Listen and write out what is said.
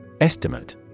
Estimate